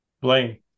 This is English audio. Blaine